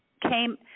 came